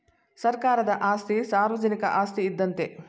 ಸರ್ಕಾರದ ಆಸ್ತಿ ಸಾರ್ವಜನಿಕ ಆಸ್ತಿ ಇದ್ದಂತೆ